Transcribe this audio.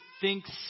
thinks